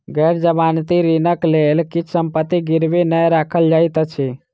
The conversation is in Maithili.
गैर जमानती ऋणक लेल किछ संपत्ति गिरवी नै राखल जाइत अछि